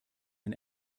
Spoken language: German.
ein